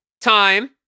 time